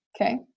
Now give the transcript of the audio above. Okay